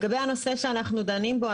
לגבי הנושא שאנחנו דנים בו,